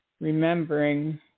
remembering